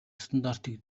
стандартыг